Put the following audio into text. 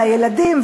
על הילדים,